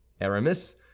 Aramis